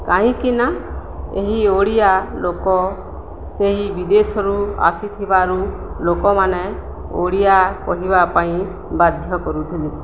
କାହିଁକିନା ଏହି ଓଡ଼ିଆ ଲୋକ ସେହି ବିଦେଶରୁ ଆସିଥିବାରୁ ଲୋକମାନେ ଓଡ଼ିଆ କହିବା ପାଇଁ ବାଧ୍ୟ କରୁଥିଲେ